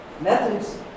methods